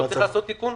לא צריך לעשות תיקון?